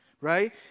right